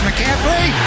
McCaffrey